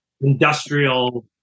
industrial